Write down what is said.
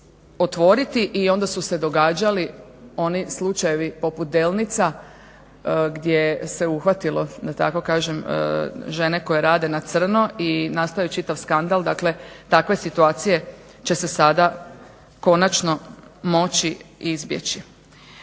i onda su se događali oni slučajevi poput Delnica gdje se uhvatilo da tako kažem žene koje rade na crno i nastao je čitav skandal. Dakle, takve situacije će se sada konačno moći izbjeći.